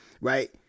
right